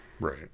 Right